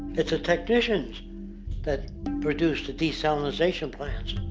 it's the technicians that produce the desalinization plants.